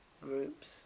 groups